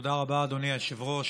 תודה רבה, אדוני היושב-ראש.